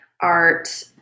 art